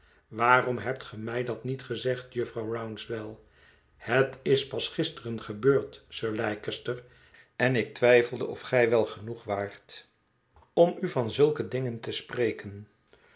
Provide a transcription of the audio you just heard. waarom hebt ge mij dat niet gezegd jufvrouw rouncewell het is pas gisteren gebeurd sir leicester en ik twijfelde of gij wel genoeg waart om u van zulke dingen te spreken